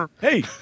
Hey